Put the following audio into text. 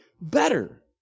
better